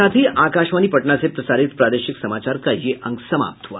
इसके साथ ही आकाशवाणी पटना से प्रसारित प्रादेशिक समाचार का ये अंक समाप्त हुआ